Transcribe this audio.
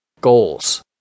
Goals